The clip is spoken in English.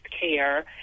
care